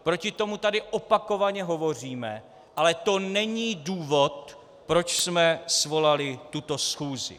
Proti tomu tady opakovaně hovoříme, ale to není důvod, proč jsme svolali tuto schůzi.